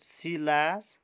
Silas